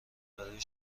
برای